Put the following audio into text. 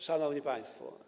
Szanowni Państwo!